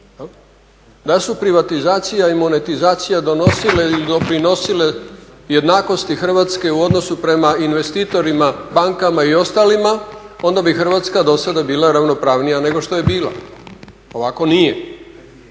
Da su privatizacija i monetizacija donosile ili doprinosile jednakosti Hrvatske u odnosu prema investitorima, bankama i ostalima onda bi Hrvatska dosada bila ravnopravnija nego što je bila, ovako nije.